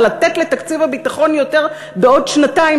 אבל לתת לתקציב הביטחון יותר בעוד שנתיים,